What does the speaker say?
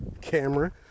camera